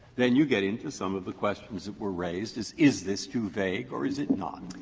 then you get into some of the questions that were raised, is is this too vague or is it not?